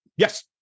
Yes